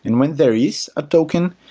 and when there is a token,